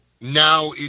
Now